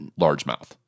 largemouth